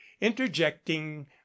interjecting